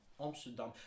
Amsterdam